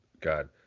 God